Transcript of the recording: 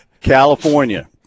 California